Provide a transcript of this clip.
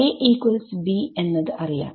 Axb എന്നത് അറിയാം